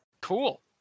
Cool